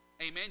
Amen